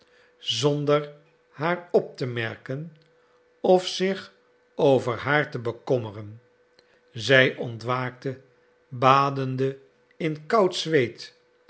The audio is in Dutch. zonder haar op te merken of zich over haar te bekommeren zij ontwaakte badende in koud zweet